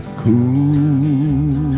cool